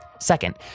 Second